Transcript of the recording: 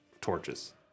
Torches